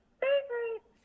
favorite